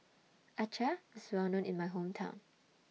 Acar IS Well known in My Hometown